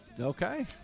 Okay